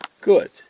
Good